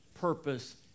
purpose